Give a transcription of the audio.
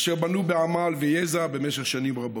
אשר בנו בעמל ויזע במשך שנים רבות.